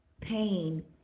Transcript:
pain